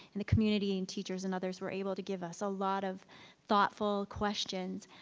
and the community and teachers and others were able to give us a lot of thoughtful questions